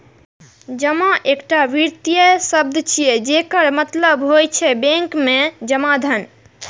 जमा एकटा वित्तीय शब्द छियै, जकर मतलब होइ छै बैंक मे जमा धन